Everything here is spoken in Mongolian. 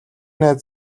найз